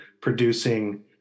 producing